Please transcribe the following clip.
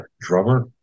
drummer